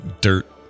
dirt